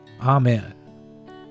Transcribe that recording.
Amen